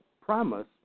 promise